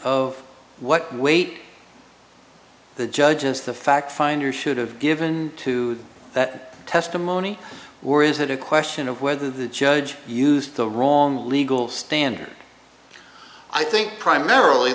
of what weight the judges the fact finder should have given to that testimony or is it a question of whether the judge used the wrong legal standard i think primarily